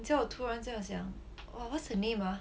你叫我突然这样想 !wah! what's her name ah